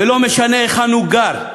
ולא משנה היכן הוא גר,